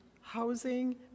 housing